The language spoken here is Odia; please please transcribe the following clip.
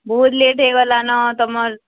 ବହୁତ୍ ଲେଟ୍ ହେଇଗଲାନ ତମର୍